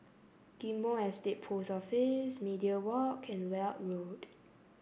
Ghim Moh Estate Post Office Media Walk and Weld Road